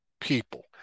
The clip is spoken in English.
people